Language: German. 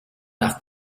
nach